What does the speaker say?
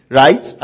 right